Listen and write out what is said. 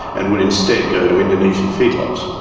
and would instead go to indonesian feedlots,